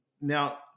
Now